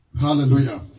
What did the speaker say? Hallelujah